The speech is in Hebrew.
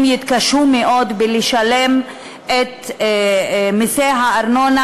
הם יתקשו מאוד לשלם את מסי הארנונה,